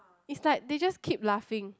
it's like they just keep laughing